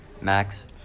max